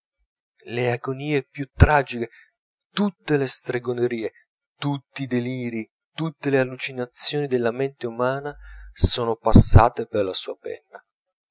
le agonie più tragiche tutte le stregonerie tutti i delirii tutte le allucinazioni della mente umana sono passate per la sua penna